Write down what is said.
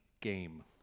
game